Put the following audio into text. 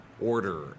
order